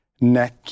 neck